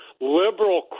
liberal